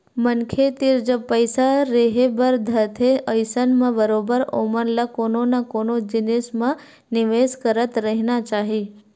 मनखे तीर जब पइसा रेहे बर धरथे अइसन म बरोबर ओमन ल कोनो न कोनो जिनिस म निवेस करत रहिना चाही